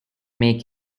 make